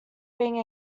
being